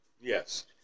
yes